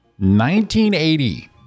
1980